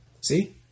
See